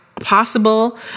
possible